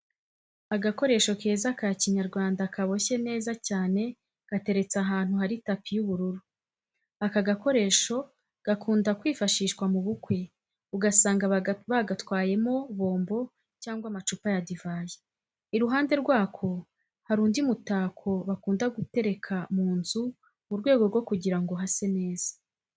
Agakoresho keza ka Kinyarwanda kaboshye neza cyane gateretse ahantu hari tapi y'ubururu. Aka gakoresho gakunda kwifashishwa mu bukwe, ugasanga bagatwayemo bombo cyangwa amacupa ya divayi. Iruhande rwako hari undi mutako bakunda gutereka mu nzu mu rwego rwo kugira ngo hase neza.